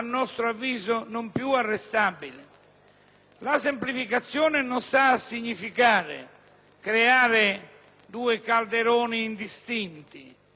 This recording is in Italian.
La semplificazione non significa creare due calderoni indistinti, ma significa riuscire a creare